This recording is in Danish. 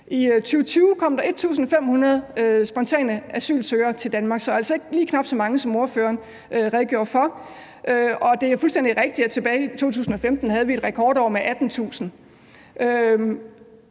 I 2020 kom der til 1.500 spontane asylsøgere til Danmark, så altså lige knap så mange, som ordføreren redegjorde for. Og det er fuldstændig rigtigt, at tilbage i 2015 havde vi et rekordår med 18.000.